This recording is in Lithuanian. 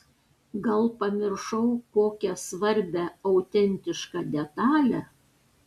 gal pamiršau kokią svarbią autentišką detalę